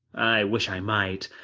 i wish i might.